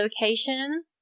location